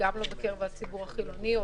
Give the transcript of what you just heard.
גם לא בקרב הציבור החילוני,